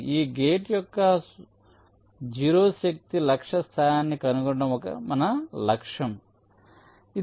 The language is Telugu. ఈ గేట్ యొక్క 0 శక్తి లక్ష్య స్థానాన్ని కనుగొనడం మన లక్ష్యం చూద్దాం